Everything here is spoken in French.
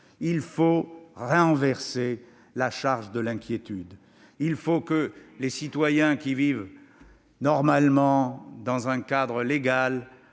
Il faut renverser la charge de l'inquiétude : il faut que les citoyens qui vivent normalement dans un cadre légal